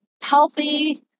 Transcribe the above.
healthy